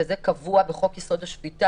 וזה קבוע בחוק יסוד: השפיטה,